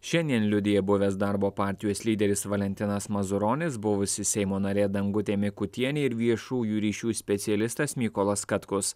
šiandien liudija buvęs darbo partijos lyderis valentinas mazuronis buvusi seimo narė dangutė mikutienė ir viešųjų ryšių specialistas mykolas katkus